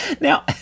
Now